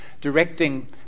directing